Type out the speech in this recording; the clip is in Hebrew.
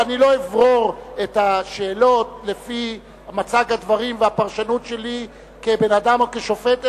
אני לא אברור את השאלות לפי מצג הדברים והפרשנות שלי כבן-אדם או כשופט,